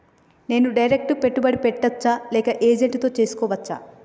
నేను డైరెక్ట్ పెట్టుబడి పెట్టచ్చా లేక ఏజెంట్ తో చేస్కోవచ్చా?